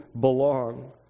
belong